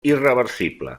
irreversible